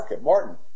Martin